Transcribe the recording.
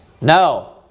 No